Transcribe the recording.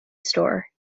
store